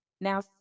Now